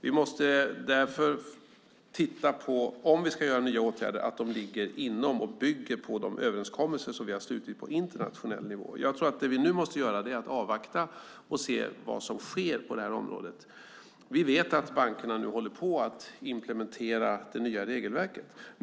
Om vi ska vidta nya åtgärder måste vi därför titta på om de ligger inom och bygger på de överenskommelser som vi har slutit på internationell nivå. Jag tror att det vi nu måste göra är att avvakta och se vad som sker på det här området. Vi vet att bankerna nu håller på att implementera det nya regelverket.